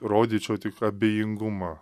rodyčiau tik abejingumą